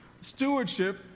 stewardship